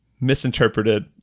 misinterpreted